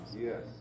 yes